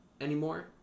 anymore